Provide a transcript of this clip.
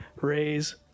raise